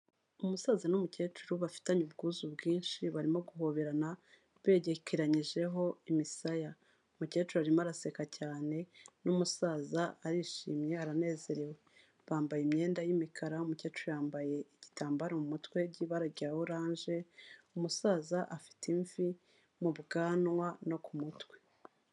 Umusaza n'umukecuru bafitanye ubwuzu bwinshi barimo guhoberana, begekeranyijeho imisaya umukecuru arimo araseka cyane n'umusaza arishimye aranezerewe, bambaye imyenda y'imikara, umukecuru yambaye igitambaro mu mutwe ry'ibara rya oranje, umusaza afite imvi mu bwanwa no ku mutwe.